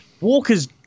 Walker's